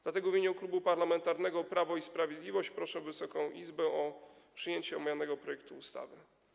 Dlatego w imieniu Klubu Parlamentarnego Prawo i Sprawiedliwość proszę Wysoką Izbę o przyjęcie omawianego projektu ustawy.